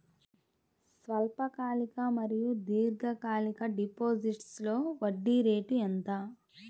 స్వల్పకాలిక మరియు దీర్ఘకాలిక డిపోజిట్స్లో వడ్డీ రేటు ఎంత?